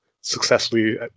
successfully